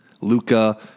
Luca